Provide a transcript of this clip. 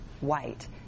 white